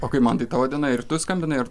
o kaip mantai tavo diena ir tu skambinai ar